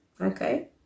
okay